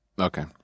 Okay